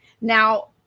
Now